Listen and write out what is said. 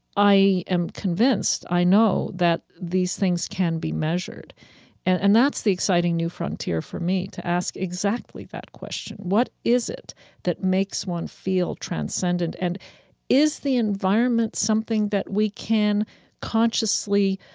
i am convinced i know that these things can be measured and that's the exciting new frontier for me, to ask exactly that question what is it that makes one feel transcendent and is the environment something that we can consciously